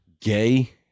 Gay